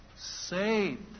Saved